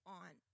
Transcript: on